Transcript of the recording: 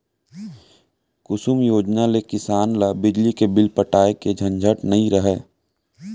कुसुम योजना ले किसान ल बिजली के बिल पटाए के झंझट नइ रहय